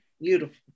Beautiful